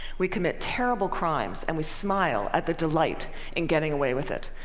we commit terrible crimes, and we smile at the delight in getting away with it.